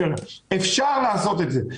אפשר לעשות את זה.